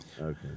Okay